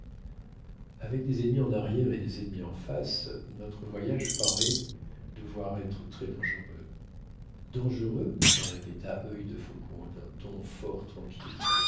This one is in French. avec des ennemis en arrière et des ennemis en face notre voyage paraît devoir être très dangereux dangereux répéta œil de faucon d'un ton fort tranquille